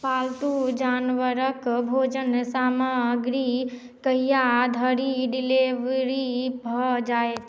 पालतू जानवरक भोजन सामग्री कहिया धरि डिलीवरी भऽ जायत